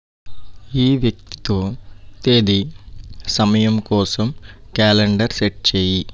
ఈ వ్యక్తితో తేదీ సమయం కోసం క్యాలెండర్ సెట్ చేయి